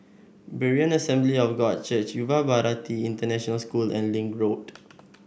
Berean Assembly of God Church Yuva Bharati International School and Link Road